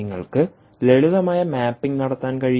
നിങ്ങൾക്ക് ലളിതമായ മാപ്പിംഗ് നടത്താൻ കഴിയും